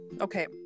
okay